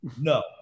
No